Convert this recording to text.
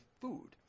food